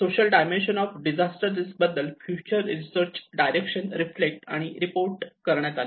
social dimension of disaster risk बद्दल future research direction reflect आणि report करण्यात आले